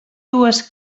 dues